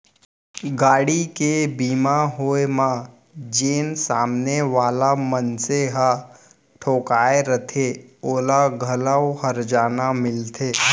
गाड़ी के बीमा होय म जेन सामने वाला मनसे ह ठोंकाय रथे ओला घलौ हरजाना मिलथे